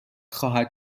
خواهد